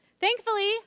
Thankfully